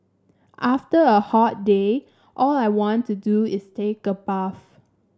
after a hot day all I want to do is take a bath